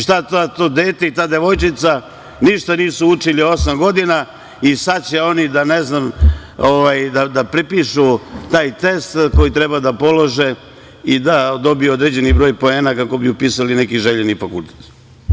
Šta to dete i ta devojčica ništa nisu učili osam godina i sada će oni da prepišu taj test koji treba da polože i da dobiju određeni broj poena kako bi upisali neki željeni fakultet.